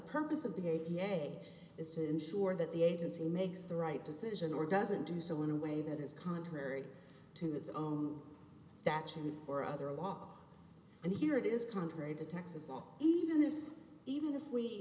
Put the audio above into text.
purpose of the a p a is to ensure that the agency makes the right decision or doesn't do so in a way that is contrary to its own statute or other law and here it is contrary to texas law even if even if we